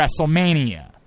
WrestleMania